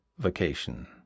vacation